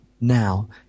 now